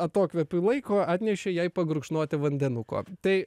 atokvėpiui laiko atnešė jai pagurkšnoti vandenuko tai